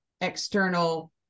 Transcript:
external